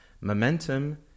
Momentum